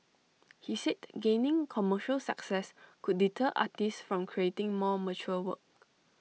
he said gaining commercial success could deter artists from creating more mature work